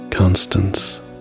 Constance